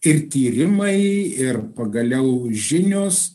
ir tyrimai ir pagaliau žinios